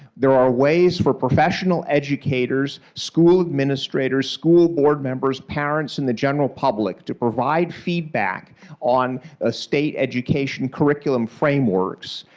there are ways for professional educators, school administrators, school board members, parents, and the general public to provide feedback on ah state education curriculum frameworks.